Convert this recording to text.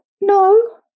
no